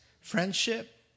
friendship